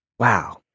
wow